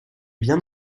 bien